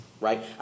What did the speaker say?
right